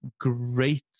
great